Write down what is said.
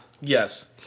yes